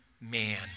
man